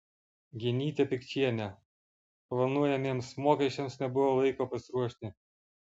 genytė pikčienė planuojamiems mokesčiams nebuvo laiko pasiruošti